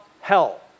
hell